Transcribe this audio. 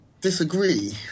disagree